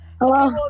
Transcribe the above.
Hello